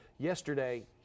Yesterday